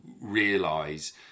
realize